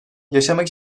yaşamak